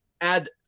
add